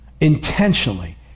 intentionally